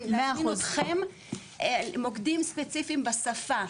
להזמין אתכם ומוקדים ספציפיים בשפה,